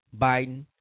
Biden